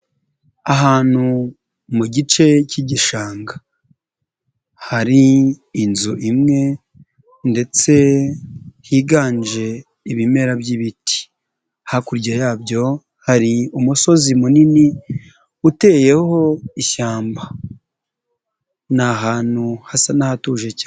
Ahantu mu gice cy'igishanga hari inzu imwe ndetse higanje ibimera by'ibiti, hakurya yabyo hari umusozi munini uteyeho ishyamba, ni ahantu hasa n'ahatuje cyane.